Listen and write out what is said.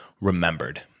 remembered